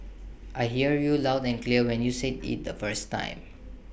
I hear you loud and clear when you said IT the first time